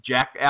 Jack